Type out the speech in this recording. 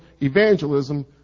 evangelism